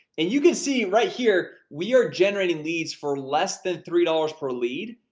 and you can see right here, we are generating leads for less than three dollars per lead,